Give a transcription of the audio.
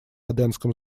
аденском